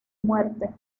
muerte